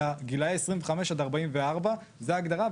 אלא גילאי 25-44 זו ההגדרה,